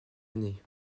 année